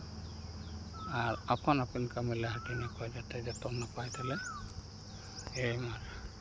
ᱟᱨ ᱟᱯᱟᱱ ᱟᱹᱯᱤᱱ ᱠᱟᱹᱢᱤᱞᱮ ᱦᱟᱹᱴᱤᱧ ᱟᱠᱚᱣᱟ ᱡᱟᱛᱮ ᱡᱚᱛᱚ ᱱᱟᱯᱟᱭ ᱛᱮᱞᱮ ᱮᱢᱟ